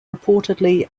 reportedly